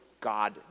God